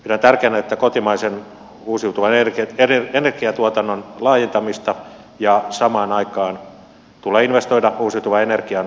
pidän tärkeänä kotimaisen uusiutuvan energiatuotannon laajentamista ja samaan aikaan tulee investoida uusiutuvan energian tuotantomuotojen tutkimustyöhön